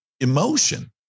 emotion